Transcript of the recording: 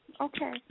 Okay